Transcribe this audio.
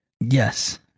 Yes